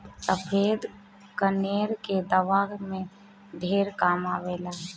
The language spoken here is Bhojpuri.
सफ़ेद कनेर के दवाई में ढेर काम आवेला